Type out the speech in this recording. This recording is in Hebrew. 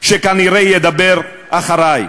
שכנראה ידבר אחרי,